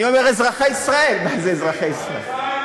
אני אומר אזרחי ישראל, מה זה אזרחי ישראל?